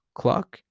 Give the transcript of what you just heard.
clock